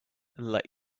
let